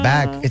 Back